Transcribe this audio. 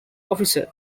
officer